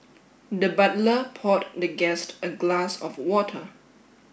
the butler poured the guest a glass of water